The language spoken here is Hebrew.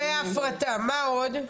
והפרטה, מה עוד?